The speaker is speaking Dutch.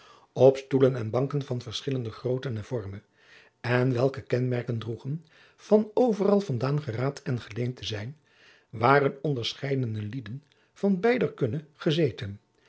op stoelen en banken van verschillende grootte en vormen jacob van lennep de pleegzoon en welke kenmerken droegen van overal van daan geraapt en geleend te zijn waren onderscheidene lieden van beiderlei kunne gezeten